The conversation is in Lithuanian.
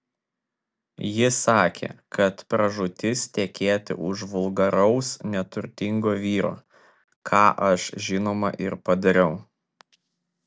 ji sakė kad pražūtis tekėti už vulgaraus neturtingo vyro ką aš žinoma ir padariau